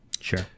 Sure